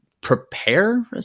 prepare